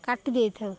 କାଟି ଦେଇଥାଉ